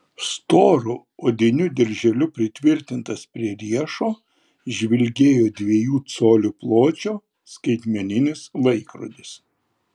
storu odiniu dirželiu pritvirtintas prie riešo žvilgėjo dviejų colių pločio skaitmeninis laikrodis